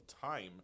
time